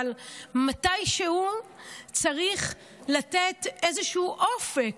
אבל מתישהו צריך לתת איזשהו אופק.